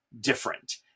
different